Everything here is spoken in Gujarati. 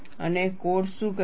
અને કોડ્સ શું કહે છે